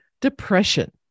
depression